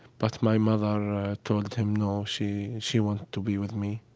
but my mother told him no, she she wanted to be with me.